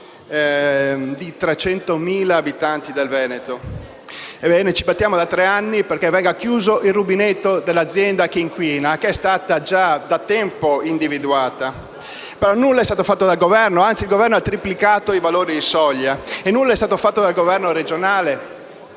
di 300.000 abitanti del Veneto. Noi ci battiamo da tre anni perché venga chiuso il rubinetto dell'azienda che inquina, che è stata già da tempo individuata. Però nulla è stato fatto dal Governo, che anzi ha triplicato i valori di soglia, e nulla è stato fatto dal Governo regionale,